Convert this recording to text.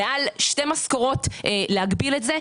מעל שתי משכורות להגביל את זה.